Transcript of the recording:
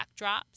backdrops